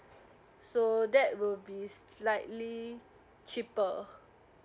so that will be slightly cheaper